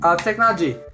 technology